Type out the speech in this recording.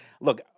look